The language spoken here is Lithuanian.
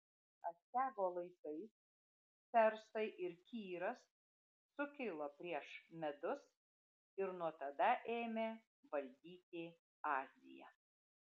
astiago laikais persai ir kyras sukilo prieš medus ir nuo tada ėmė valdyti aziją